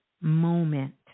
moment